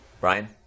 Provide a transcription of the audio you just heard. Brian